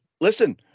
listen